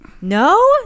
No